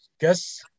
Guess